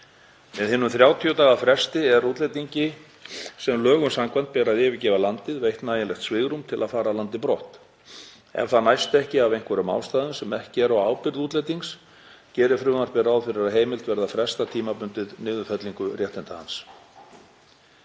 Með hinum 30 daga fresti er útlendingi sem lögum samkvæmt ber að yfirgefa landið veitt nægilegt svigrúm til að fara af landi brott. Ef það næst ekki af einhverjum ástæðum sem ekki eru á ábyrgð útlendings gerir frumvarpið ráð fyrir að heimilt verði að fresta tímabundið niðurfellingu réttinda hans.